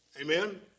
Amen